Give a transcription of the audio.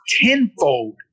tenfold